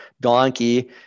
donkey